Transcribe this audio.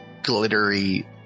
Glittery